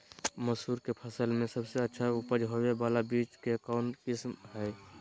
मसूर के फसल में सबसे अच्छा उपज होबे बाला बीज के कौन किस्म हय?